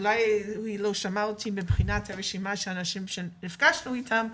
אולי לא השמעתי את רשימת האנשים שנפגשנו איתם,